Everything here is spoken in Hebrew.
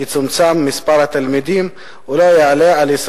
יצומצם מספר התלמידים בכיתה ולא יעלה על 20